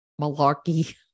malarkey